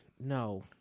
No